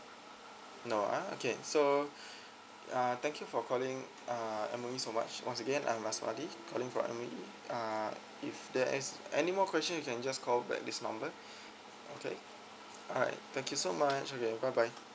no ah okay so uh thank you for calling uh M_O_E so much once again I'm A S M A D I calling M_O_E uh if there is anymore question you can just call back this number okay alright thank you so much okay bye bye